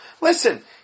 Listen